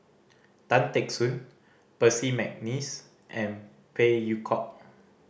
Tan Teck Soon Percy McNeice and Phey Yew Kok